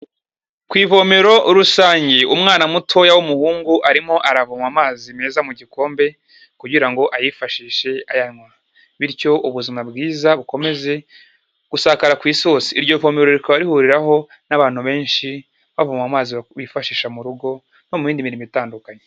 Ku ivomero rusange, umwana mutoya w'umuhungu arimo aravoma amazi meza mu gikombe kugira ngo ayifashishe ayanywa. Bityo ubuzima bwiza bukomeze gusakara ku isi hose. Iryo vomero rikaba rihuriraho n'abantu benshi, bavoma amazi ba bifashisha mu rugo, no mu yindi mirimo itandukanye.